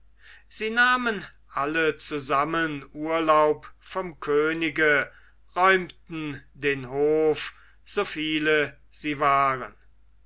sie nahmen alle zusammen urlaub vom könige räumten den hof so viele sie waren